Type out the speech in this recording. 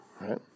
right